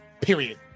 period